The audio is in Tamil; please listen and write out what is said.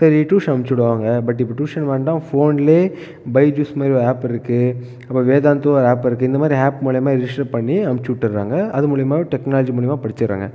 சரி டியூஷன் அனுச்சிவிடுவாங்க பட் இப்போ டியூஷன் வேண்டாம் போன்லேயே பைஜுஸ் மாதிரி ஆப் இருக்குது அப்பறம் வேதான்த்து ஆப் இருக்குது இந்த மாதிரி ஆப் மூலியமாக ரிஜிஸ்டர் பண்ணி அனுச்சிவிட்டுறாங்க அது மூலியமாக டெக்னாலஜி மூலியமாக படிச்சுடுறாங்க